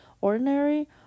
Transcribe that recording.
ordinary